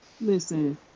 Listen